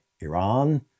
Iran